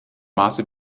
maße